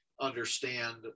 understand